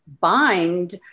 bind